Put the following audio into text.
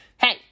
hey